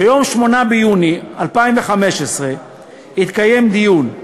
ביום 8 ביוני 2015 התקיים דיון.